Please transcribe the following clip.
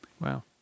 Wow